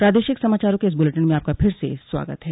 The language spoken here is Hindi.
प्रादेशिक समाचारों के इस बुलेटिन में आपका फिर से स्वागत है